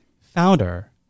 founder